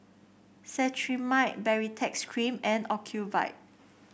Cetrimide Baritex Cream and Ocuvite